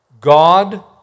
God